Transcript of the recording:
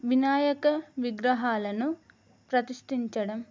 వినాయక విగ్రహాలను ప్రతిష్టించడం